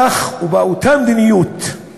כך ובאותה מדיניות היא